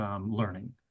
learning